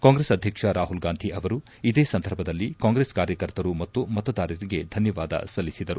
ಕಾಂಗ್ರೆಸ್ ಅಧ್ಯಕ್ಷ ರಾಹುಲ್ ಗಾಂಧಿ ಅವರು ಇದೇ ಸಂದರ್ಭದಲ್ಲಿ ಕಾಂಗ್ರೆಸ್ ಕಾರ್ಯಕರ್ತರು ಮತ್ತು ಮತದಾರರಿಗೆ ಧನ್ಯವಾದ ಸಲ್ಲಿಸಿದರು